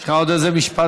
יש לך עוד איזה משפט?